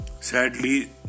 Sadly